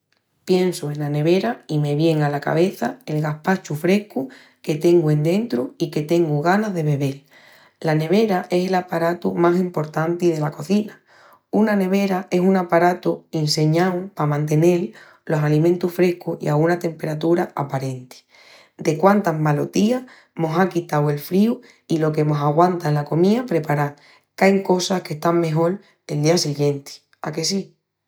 Piensu ena nevera i me vien ala cabeça el gaspachu frescu que tengu endrentu i que tengu ganas de bebel. La nevera es el aparatu más emportanti dela cozina. Una nevera es un aparatu inseñáu pa mantenel los alimentus frescus i a una temperatura aparenti. De quántas malotías mos á quitau el fríu i lo que mos aguanta la comía prepará, qu'ain cosas qu'están mejol el día siguienti, a que sí?